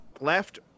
left